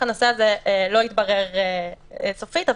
הנושא הזה לא התברר סופית,